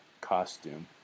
costume